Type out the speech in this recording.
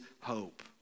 hope